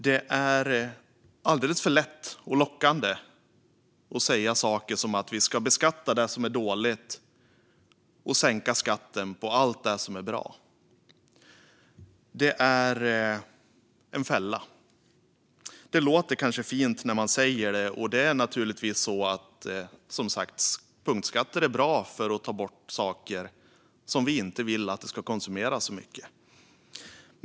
Det är alldeles för lätt och lockande att säga saker som att vi ska beskatta det som är dåligt och sänka skatten på allt det som är bra. Det är en fälla. Det låter kanske fint när man säger det, och det är som sagt naturligtvis så att punktskatter är bra för att ta bort saker som vi inte vill ska konsumeras så mycket.